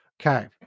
Okay